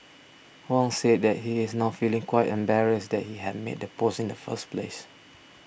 Wong said that he is now feeling quite embarrassed that he had made the post in the first place